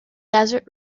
desert